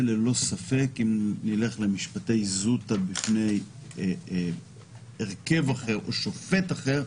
אם נלך למשפטי זוטא בפני הרכב אחר או שופט אחר,